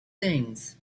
things